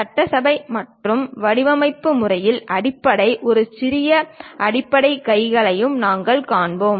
சட்டசபை மற்றும் வடிவமைப்பு நடைமுறையின் அடிப்படையில் ஒரு சிறிய அடிப்படை கைகளையும் நாங்கள் காண்போம்